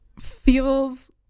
Feels